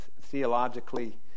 theologically